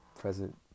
present